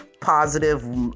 positive